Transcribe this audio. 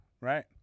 Right